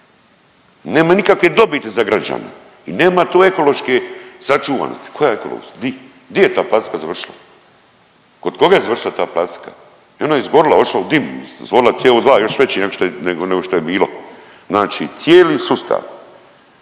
nema nikakve dobiti za građane i nema tu ekološke sačuvanosti, koja je ekolo…, di, di je ta plastika završila, kod koga je završila ta plastika, jel ona izgorila, otišla u dim, stvorila CO2 još veći nego što je, nego što je bilo, znači cijeli sustav